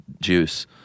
juice